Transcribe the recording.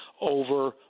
over